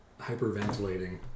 hyperventilating